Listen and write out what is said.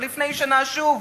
ולפני שנה שוב,